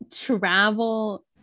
travel